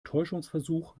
täuschungsversuch